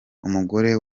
umugore